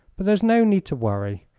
but there's no need to worry.